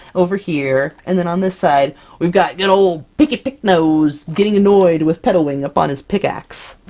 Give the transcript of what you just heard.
over here. and then on this side we've got good ol' picky picknose, getting annoyed with petalwing up on his pickaxe.